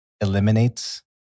eliminates